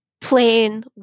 plain